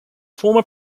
former